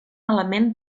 element